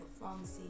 pharmacy